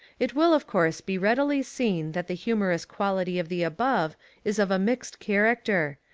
it will of course be readily seen that the humorous quality of the above is of a mixed character,